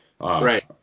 Right